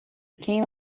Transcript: quem